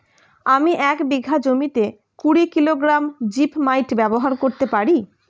আমি এক বিঘা জমিতে কুড়ি কিলোগ্রাম জিপমাইট ব্যবহার করতে পারি?